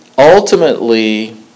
Ultimately